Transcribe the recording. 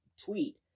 tweet